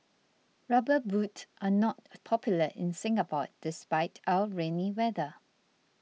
rubber boots are not popular in Singapore despite our rainy weather